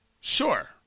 Sure